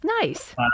Nice